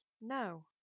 No